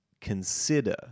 consider